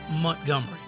Montgomery